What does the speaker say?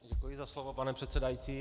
Děkuji za slovo, pane předsedající.